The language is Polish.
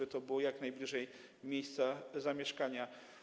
Ma to być jak najbliżej miejsca zamieszkania.